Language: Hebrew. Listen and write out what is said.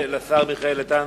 אני מודה לשר איתן.